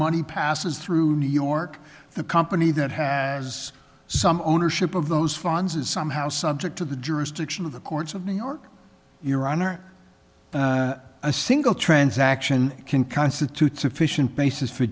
money passes through new york the company that has some ownership of those funds is somehow subject to the jurisdiction of the courts of new york your honor a single transaction can constitute sufficient basis for